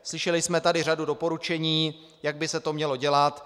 Slyšeli jsme tu řadu doporučení, jak by se to mělo dělat.